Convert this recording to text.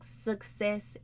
success